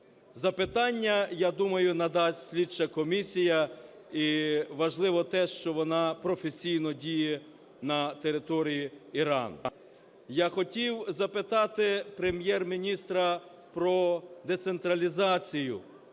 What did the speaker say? Запитання, я думаю, надасть слідча комісія. І важливо те, що вона професійно діє на території Ірану. Я хотів запитати Прем'єр-міністра про децентралізацію.